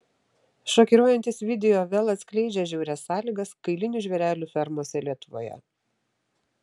šokiruojantis video vėl atskleidžia žiaurias sąlygas kailinių žvėrelių fermose lietuvoje